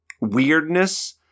weirdness